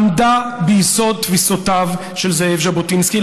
עמדה ביסוד תפיסותיו של זאב ז'בוטינסקי.